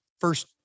first